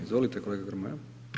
Izvolite kolega Grmoja.